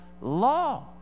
law